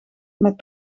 met